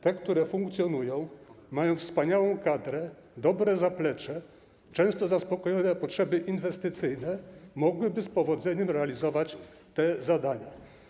Te, które funkcjonują, mają wspaniałą kadrę, dobre zaplecze, często zaspokojone potrzeby inwestycyjne, mogłyby z powodzeniem realizować te zadania.